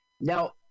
Now